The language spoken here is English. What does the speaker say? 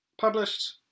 published